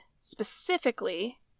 specifically